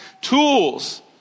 tools